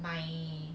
my